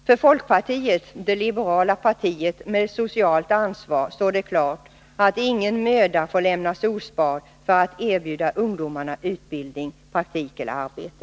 För folkpartiet, det liberala partiet med socialt ansvar, står det klart att ingen möda får lämnas osparad för att erbjuda ungdomarna utbildning, praktik eller arbete.